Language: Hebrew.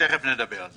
ותיכף נדבר על זה.